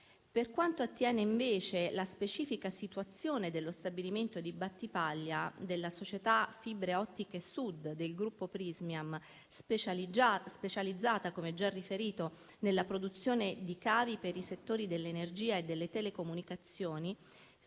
Per quanto attiene, invece, alla specifica situazione dello stabilimento di Battipaglia della società Fibre ottiche Sud del Gruppo Prysmian, specializzata, come già riferito, nella produzione di cavi per i settori dell'energia e delle telecomunicazioni,